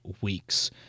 weeks